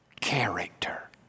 Character